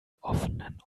offenen